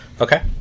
Okay